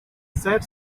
sad